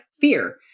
fear